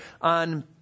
on